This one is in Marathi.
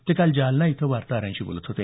ते काल जालना इथं वार्ताहरांशी बोलत होते